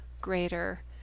greater